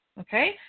okay